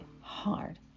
hard